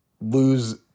lose